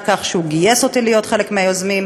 כך שהוא גייס אותי להיות חלק מהיוזמים.